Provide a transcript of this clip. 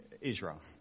Israel